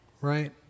right